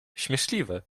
śmieszliwe